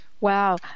Wow